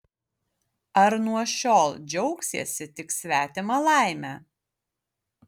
ar nuo šiol džiaugsiesi tik svetima laime